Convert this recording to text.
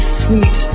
sweet